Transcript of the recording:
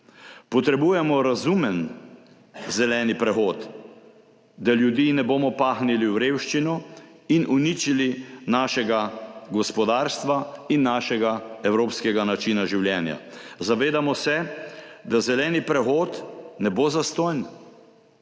Potrebujemo razumen zeleni prehod, da ljudi ne bomo pahnili v revščino in uničili našega gospodarstva in našega evropskega načina življenja. Zavedamo se, da zeleni prehod ne bo zastonj.